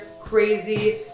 crazy